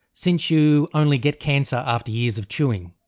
since you only get cancer after years of chewing.